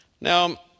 Now